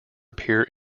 appear